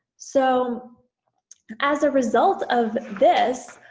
so as a result of this